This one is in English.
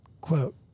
quote